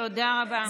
תודה רבה.